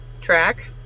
track